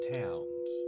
towns